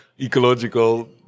ecological